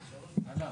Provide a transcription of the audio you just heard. הנציג הלך.